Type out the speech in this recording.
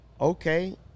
Okay